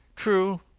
true,